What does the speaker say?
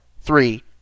three